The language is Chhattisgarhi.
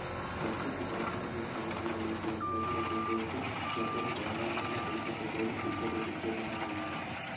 कतकोन दुकानदार मन ह माल ल लेके आधा अधूरा पइसा देथे बड़का दुकानदार मन ल पइसा के होय ले पइसा देके फेर नवा माल उठाथे